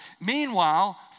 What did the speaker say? meanwhile